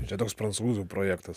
čia toks prancūzų projektas